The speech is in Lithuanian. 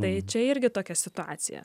tai čia irgi tokia situacija